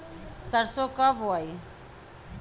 सरसो कब बोआई?